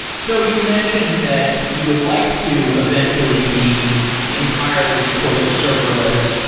so you mentioned that you would like to eventually be entirely serverless,